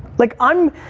like, i'm,